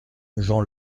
jean